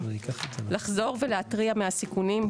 לחזור ולהתריע מהסיכונים,